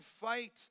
fight